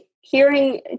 hearing